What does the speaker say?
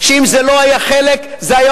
שאם זה לא היה חלק מסדרה של חוקים,